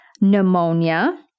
pneumonia